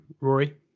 Rory